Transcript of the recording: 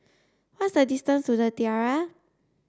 what's the distance to The Tiara